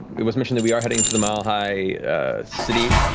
it was mentioned that we are heading to the mile high city